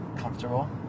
comfortable